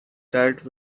dealt